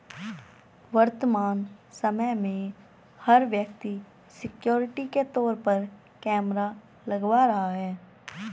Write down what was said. वर्तमान समय में, हर व्यक्ति सिक्योरिटी के तौर पर कैमरा लगवा रहा है